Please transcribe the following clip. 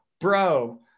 Bro